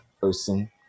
person